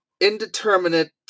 indeterminate